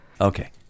Okay